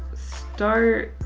start.